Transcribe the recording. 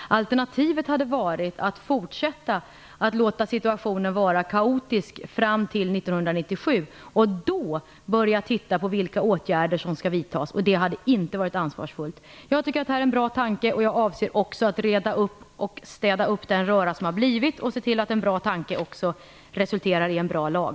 Alternativet hade varit att fortsätta att låta situationen vara kaotisk fram till 1997 och då börja titta på vilka åtgärder som skall vidtas. Det hade inte varit ansvarsfullt. Jag tycker att det här är en bra tanke. Jag avser också att reda ut och städa upp i röran och se till att en bra tanke också resulterar i en bra lag.